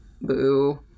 Boo